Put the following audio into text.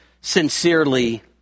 sincerely